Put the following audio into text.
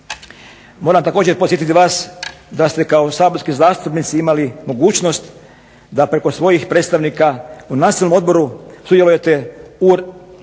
Moram također podsjetiti vas da ste kao saborski zastupnici imali mogućnost da preko svojih predstavnika u Nacionalnom odboru sudjelujete u